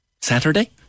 Saturday